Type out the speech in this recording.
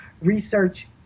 Research